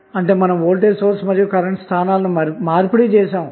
అంటే మనం voltage source మరియు కరెంటు స్థానాలనుమార్పిడి చేసాము